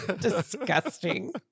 Disgusting